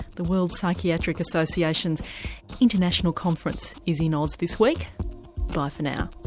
the world psychiatric association's international conference is in oz this week bye for now